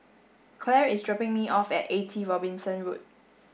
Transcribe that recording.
Clair is dropping me off at eighty Robinson Road